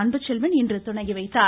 அன்புச்செல்வன் இன்று துவக்கி வைத்தார்